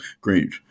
great